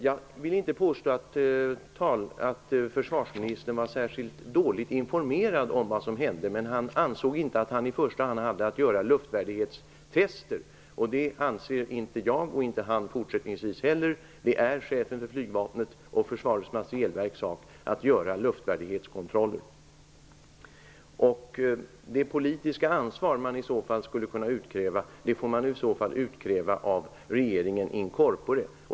Jag vill inte påstå att försvarsministern var särskilt dåligt informerad över vad som hände, men han ansåg inte att han i första hand hade att göra luftvärdighetstester. Det anser inte jag och fortsättningsvis inte han heller. Det är chefens för flygvapnet och Försvarets materielverks sak att göra luftvärdighetskontroller. Det politiska ansvar som man i så fall skulle kunna utkräva får man utkräva av regeringen in corpore.